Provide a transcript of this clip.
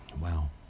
Wow